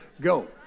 Go